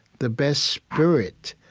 the best spirit,